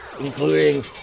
including